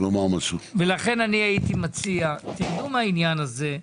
ולכן אני הייתי מציע, תרדו מהעניין הזה.